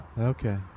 Okay